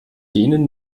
denen